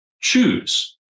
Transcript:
choose